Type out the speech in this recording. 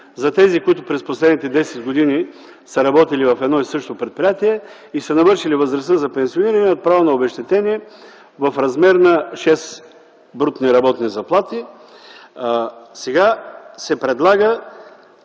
За тези, които през последните 10 години са работили в едно и също предприятие и са навършили възрастта за пенсиониране, имат право на обезщетение в размер на 6 брутни работни заплати. Сега се предлага